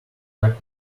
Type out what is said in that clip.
attack